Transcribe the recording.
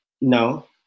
No